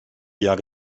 jak